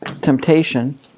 temptation